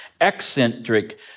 eccentric